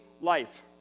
life